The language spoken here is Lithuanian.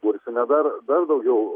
bursime dar daugiau